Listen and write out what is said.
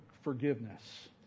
forgiveness